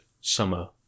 summer